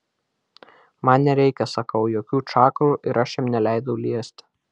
man nereikia sakau jokių čakrų ir aš jam neleidau liesti